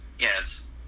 Yes